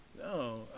No